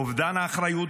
אובדן האחריות,